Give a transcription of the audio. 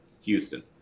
Houston